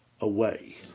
away